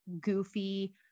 goofy